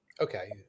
Okay